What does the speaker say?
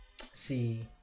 see